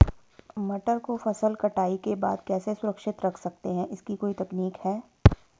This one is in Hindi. मटर को फसल कटाई के बाद कैसे सुरक्षित रख सकते हैं इसकी कोई तकनीक है?